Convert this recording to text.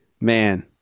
Man